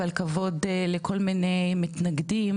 ועל כבוד לכל מיני מתנגדים